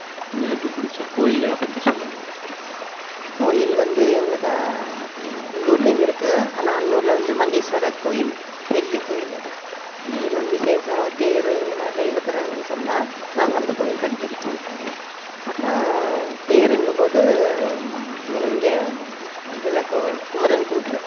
உங்களுக்கு பிடித்த கோவில்களை பற்றி சொல்லுங்க கோவில் வந்து எங்களுக்கு உள்ளூர்லேயும் இருக்குது ஆனால் அன்னூரில் வந்து மன்னீஸ்வரர் கோவில் பெரிய கோவில் அது ஆனால் எதோ ஒன்று விசேஷம் தேர் இந்த மாதிரிலாம் இழுக்குறாங்கன்னு சொன்னால் நாங்கள் அந்த கோவிலுக்கு அடிக்கடி போயிட்டு வருவோம் அப்புறம் தேருங்கும் போது இங்கே இதில் கொ குமரன் குன்று